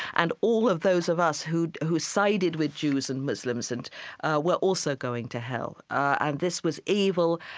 and all of those of us who who sided with jews and muslims and were also going to hell, and this was evil.